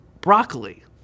broccoli